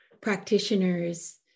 practitioners